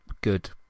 good